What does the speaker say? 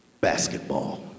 basketball